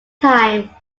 time